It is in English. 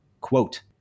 quote